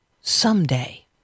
someday